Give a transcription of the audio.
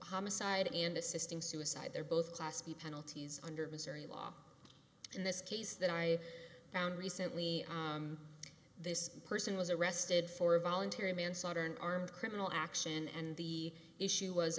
homicide and assisting suicide they're both class b penalties under missouri law in this case that i found recently this person was arrested for voluntary manslaughter and armed criminal action and the issue was